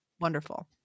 Wonderful